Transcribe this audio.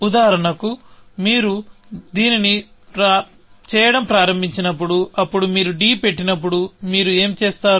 ఉదాహరణకు మీరు దీనిని చేయడం ప్రారంభించినప్పుడు అప్పుడు మీరు d పెట్టినప్పుడు మీరు ఏమి చేస్తారు